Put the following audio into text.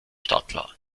startklar